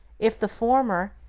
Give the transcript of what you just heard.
if the former,